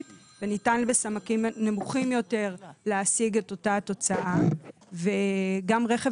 וניתן בסמ"קים נמוכים יותר להשיג את אותה התוצאה וגם ברכב